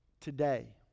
Today